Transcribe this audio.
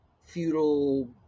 feudal